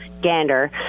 Gander